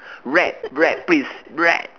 rap rap please rap